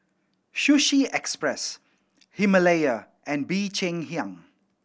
Sushi Express Himalaya and Bee Cheng Hiang